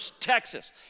Texas